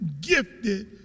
gifted